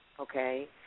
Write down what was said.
okay